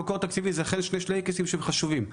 מקור תקציבי זה אכן שני שלייקסים שהם חשובים.